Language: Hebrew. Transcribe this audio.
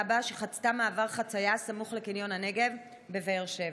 בה כשחצתה מעבר חציה סמוך לקניון הנגב בבאר שבע.